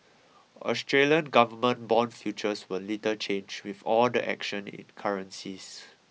Australian government bond futures were little change with all the action in currencies